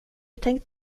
tänkt